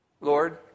Lord